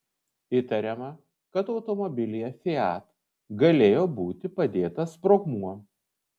įtariama kad automobilyje fiat galėjo būti padėtas sprogmuo